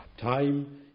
Time